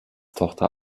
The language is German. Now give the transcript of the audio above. tochter